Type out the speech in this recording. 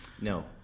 No